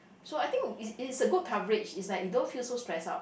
so I think it it's a good coverage is like you don't feel so stress out